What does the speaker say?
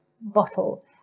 bottle